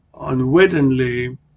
unwittingly